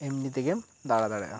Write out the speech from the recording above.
ᱮᱢᱱᱤ ᱛᱤᱜᱤᱢ ᱫᱟᱬᱟ ᱫᱟᱲᱮᱭᱟᱜᱼᱟ